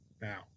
Now